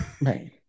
Right